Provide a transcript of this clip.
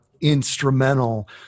instrumental